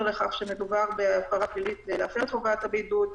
לכך שמדובר בעבירה פלילית בהפרת הבידוד,